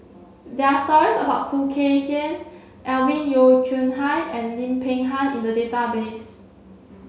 there are stories about Khoo Kay Hian Alvin Yeo Khirn Hai and Lim Peng Han in the database